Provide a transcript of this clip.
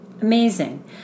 Amazing